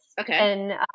Okay